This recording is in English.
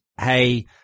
hey